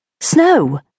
Snow